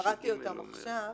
קראתי אותם עכשיו.